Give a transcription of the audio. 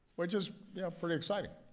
which is yeah pretty exciting.